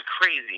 crazy